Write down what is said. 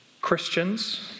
Christians